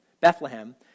Bethlehem